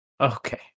okay